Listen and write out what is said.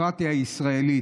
בדמוקרטיה הישראלית,